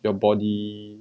your body